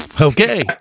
Okay